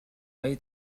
های